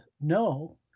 no